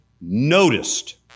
noticed